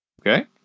okay